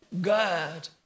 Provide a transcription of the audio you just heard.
God